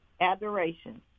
adoration